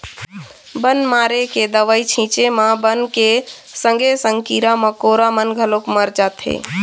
बन मारे के दवई छिंचे म बन के संगे संग कीरा कमोरा मन घलोक मर जाथें